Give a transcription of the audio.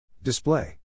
Display